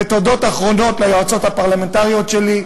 ותודות אחרונות ליועצות הפרלמנטריות שלי,